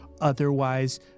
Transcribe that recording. Otherwise